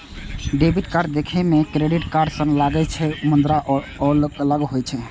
debit card देखै मे credit card सन लागै छै, मुदा ओ अलग होइ छै